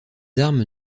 armes